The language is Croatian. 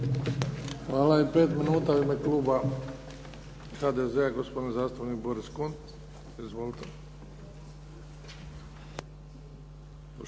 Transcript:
Hvala. I 5 minuta u ime kluba HDZ-a, gospodin zastupnik Boris Kunst. Izvolite.